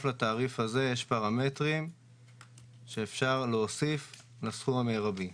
לתעריף הזה יש פרמטרים שאפשר להוסיף לסכום המרבי.